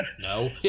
no